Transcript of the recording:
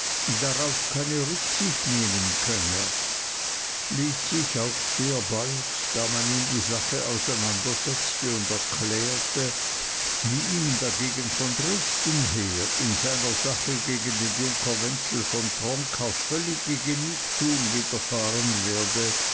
darauf keine rücksicht nehmen könne ließ sich auch sehr bald da man ihm die sache auseinandersetzte und erklärte wie ihm dagegen von dresden her in seiner sache gegen den junker wenzel von tronka völlige genugtuung widerfahren werde